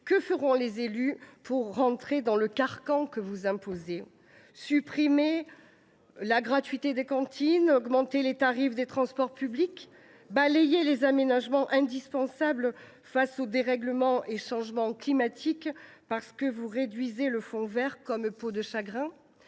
que feront les élus pour entrer dans le carcan que vous imposez ? Supprimer la gratuité des cantines ? Augmenter les tarifs des transports publics ? Balayer les aménagements indispensables face au dérèglement et au changement climatiques, parce que vous réduisez le fonds vert comme peau de chagrin ?